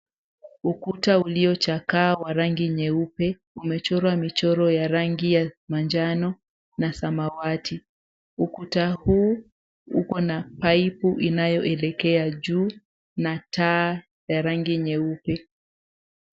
Ukuta uliochakaa wa rangi nyeupe, umechorwa michoro ya rangi ya manjano na samawati. Ukuta huu uko na paipu inayoelekea juu na taa ya rangi nyeupe.